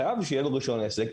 חייב שיהיה לו רישיון עסק.